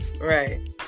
Right